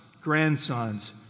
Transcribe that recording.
grandsons